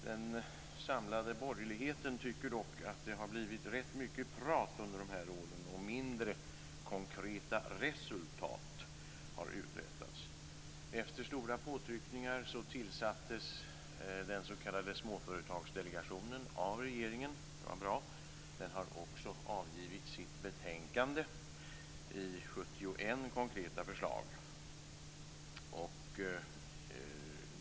Den samlade borgerligheten tycker dock att det har blivit ganska mycket prat under de här åren och mindre av konkreta resultat. Efter stora påtryckningar tillsattes den s.k. småföretagsdelegationen av regeringen; det var bra. Den har också avgett sitt betänkande med 71 konkreta förslag.